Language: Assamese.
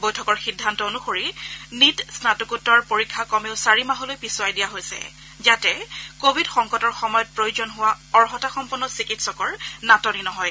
বৈঠকৰ সিদ্ধান্ত অনুসৰি নীট স্নাতকোত্তৰ পৰীক্ষা কমেও চাৰি মাহলৈ পিছুৱাই দিয়া হৈছে যাতে কোৱিড সংকটৰ সময়ত প্ৰয়োজন হোৱা অৰ্হতাসম্পন্ন চিকিৎসকৰ নাটনি নহয়